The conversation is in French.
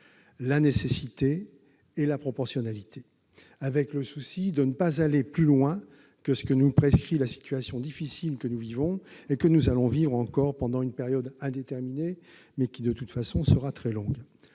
la nécessité et la proportionnalité, avec le souci de ne pas aller plus loin que ce que prescrit la situation difficile que nous vivons et que nous allons vivre encore pendant une période indéterminée, laquelle sera de toute façon très longue.